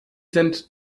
sind